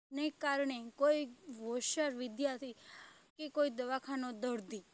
ને કારણે કોઈ હોશિયાર વિદ્યાર્થી કે દવાખાનાનો દર્દી